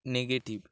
negative